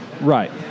Right